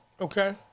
Okay